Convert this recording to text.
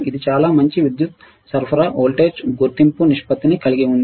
ఇది చాలా మంచి విద్యుత్ సరఫరా వోల్టేజ్ గుర్తింపు నిష్పత్తిని కలిగి ఉంది